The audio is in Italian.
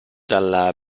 dalla